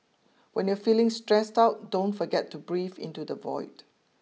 when you are feeling stressed out don't forget to breathe into the void